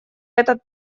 этот